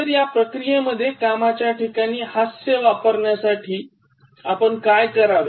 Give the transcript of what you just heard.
तर या प्रक्रियेमध्ये कामाच्या ठिकाणी हास्य वापरण्यासाठी आपण काय करावे